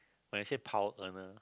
when I say power earner